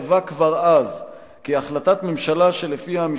קבע כבר אז כי החלטת ממשלה שלפיה המשפט,